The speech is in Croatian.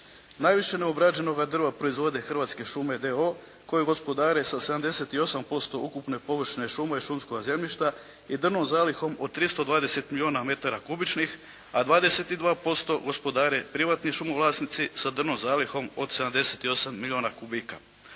Najviše neobrađenog drva proizvode Hrvatske šume d.o.o. koje gospodare sa 78% ukupne površine šuma i šumskoga zemljišta i drvnom zalihom od 320 milijuna metara kubičnih a 22% gospodare privatni šumovlasnici sa drvnom zalihom od 78 milijuna kubika.